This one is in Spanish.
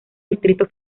distrito